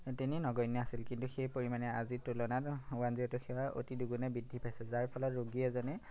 তেনেই নগন্য আছিল কিন্তু সেই পৰিমাণে আজিৰ তুলনাত ওৱান জিৰ' এইট সেৱা অতি দুগুণে বৃদ্ধি পাইছে যাৰ ফলত ৰোগী এজনে